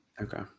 Okay